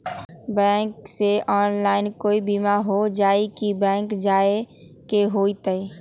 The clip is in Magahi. बैंक से ऑनलाइन कोई बिमा हो जाई कि बैंक जाए के होई त?